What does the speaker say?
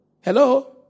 Hello